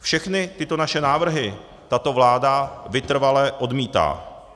Všechny tyto naše návrhy tato vláda vytrvale odmítá.